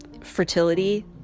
fertility